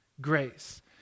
grace